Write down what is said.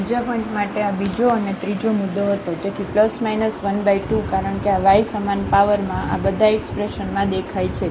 તેથી બીજા પોઇન્ટ માટે આ બીજો અને ત્રીજો મુદ્દો હતો તેથી ±12 કારણ કે આ y સમાન પાવર માં આ બધા એક્સપ્રેશનમાં દેખાય છે